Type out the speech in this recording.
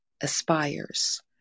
aspires